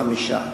חמישה.